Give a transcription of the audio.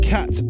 Cat